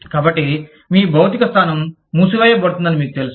కాబట్టి మీ భౌతిక స్థానం మూసివేయబడుతుందని మీకు తెలుసు